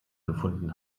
gefunden